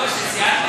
תודה רבה.